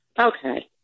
Okay